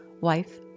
wife